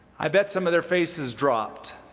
i bet some of their faces dropped.